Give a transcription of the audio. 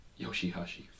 Yoshihashi